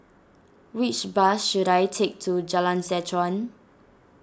which bus should I take to Jalan Seh Chuan